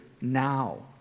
now